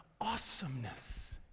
awesomeness